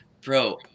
bro